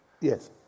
Yes